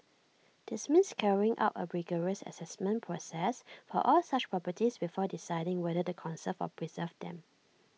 this means carrying out A rigorous Assessment process for all such properties before deciding whether to conserve or preserve them